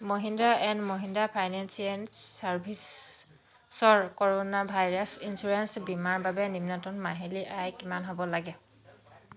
Mahindra and Mahindra financial চাৰ্ভিছৰ corona virus insurance বীমাৰ বাবে নিম্নতম মাহিলী আয় কিমান হ'ব লাগে